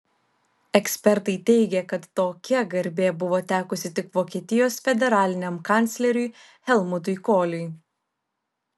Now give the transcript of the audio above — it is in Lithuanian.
ekspertai teigė kad tokia garbė buvo tekusi tik vokietijos federaliniam kancleriui helmutui koliui